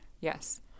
Yes